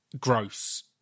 gross